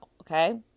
Okay